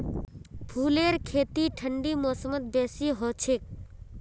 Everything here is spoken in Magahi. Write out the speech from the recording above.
फूलेर खेती ठंडी मौसमत बेसी हछेक